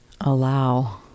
Allow